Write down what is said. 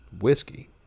whiskey